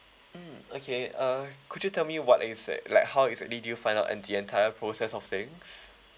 mm okay uh could you tell me what is it like how exactly did you find out and the entire process of things